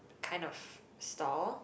kind of stall